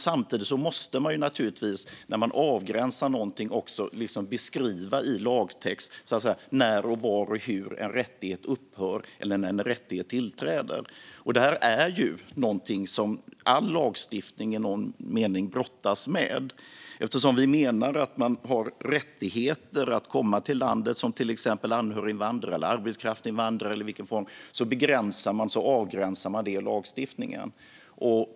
Samtidigt måste man naturligtvis när man avgränsar någonting också beskriva i lagtext när, var och hur en rättighet upphör eller inträder. Detta är ju någonting som all lagstiftning i någon mening brottas med. Eftersom vi menar att människor har rättigheter att komma till landet som till exempel anhöriginvandrare eller arbetskraftsinvandrare avgränsas detta i lagstiftningen.